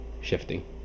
shifting